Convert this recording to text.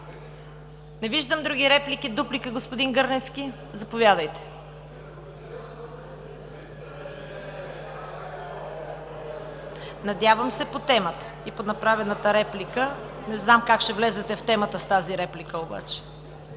Не виждам други реплики. Дуплика – господин Гърневски, заповядайте. Надявам се – по темата, и по направената реплика. Не знам как ще влезете в темата с тази реплика обаче.